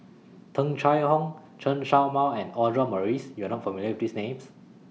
Tung Chye Hong Chen Show Mao and Audra Morrice YOU Are not familiar with These Names